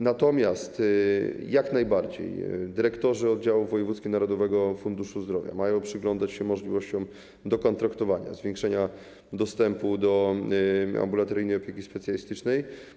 Natomiast oczywiście dyrektorzy oddziałów wojewódzkich Narodowego Funduszu Zdrowia mają przyglądać się możliwościom dokontraktowania, zwiększenia dostępu do ambulatoryjnej opieki specjalistycznej.